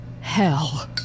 hell